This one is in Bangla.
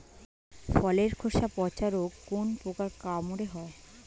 ফলের খোসা পচা রোগ কোন পোকার কামড়ে হয়?